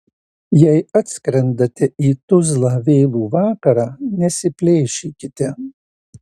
jei atskrendate į tuzlą vėlų vakarą nesiplėšykite